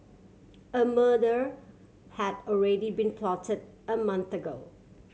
a murder had already been plotted a month ago